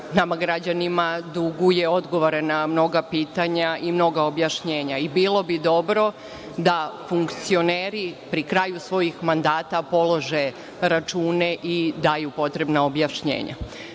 nama građanima duguje odgovore na mnoga pitanja i mnoga objašnjenja i bilo bi dobro da funkcioneri pri kraju svojih mandata polože račune i daju potrebna objašnjenja. Na